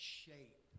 shape